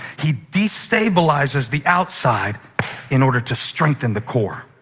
he destabilizes the outside in order to strengthen the core.